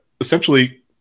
essentially